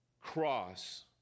cross